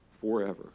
forever